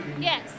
yes